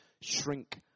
shrink